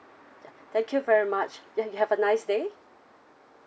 ya thank you very much ya you have a nice day